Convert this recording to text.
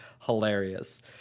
hilarious